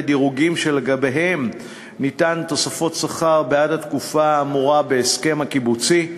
דירוגים שלגביהם ניתנו תוספות שכר בעד התקופה האמורה בהסכם הקיבוצי,